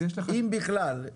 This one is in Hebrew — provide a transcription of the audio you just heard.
אם בכלל?